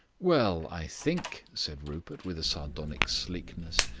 well, i think, said rupert, with a sardonic sleekness,